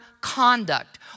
conduct